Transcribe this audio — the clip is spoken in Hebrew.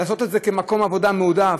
לעשות את זה כמקום עבודה מועדף,